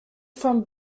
from